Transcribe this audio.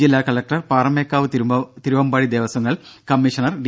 ജില്ലാ കലക്ടർ പാറമേക്കാവ് തിരുവമ്പാടി ദേവസ്വങ്ങൾ commissioner D